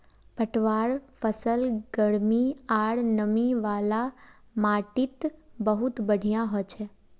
पटवार फसल गर्मी आर नमी वाला माटीत बहुत बढ़िया हछेक